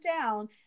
down